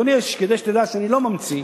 אדוני, כדי שתדע שאני לא ממציא,